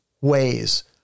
ways